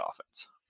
offense